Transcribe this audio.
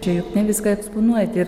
čia juk ne viską eksponuojat ir